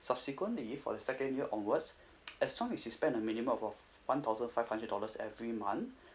subsequently for the second year onwards as long as you spend a minimum of one thousand five hundred dollars every month